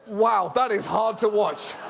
wow, that is hard to watch.